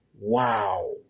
Wow